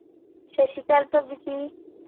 ਸਤਿ ਸ਼੍ਰੀ ਅਕਾਲ ਭਾਬੀ ਜੀ